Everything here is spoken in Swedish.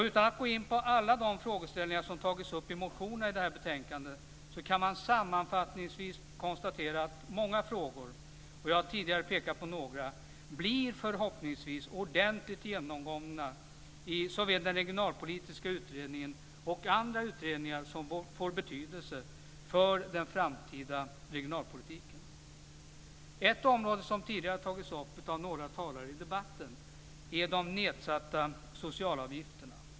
Utan att gå in på alla de frågeställningar som har tagits upp i motionerna i det här betänkandet kan man sammanfattningsvis konstatera att många frågor - och jag har tidigare pekat på några - förhoppningsvis blir ordentligt genomgångna i såväl den regionalpolitiska utredningen som i andra utredningar som får betydelse för den framtida regionalpolitiken. Ett område som tidigare har tagits upp av några talare i debatten är de nedsatta socialavgifterna.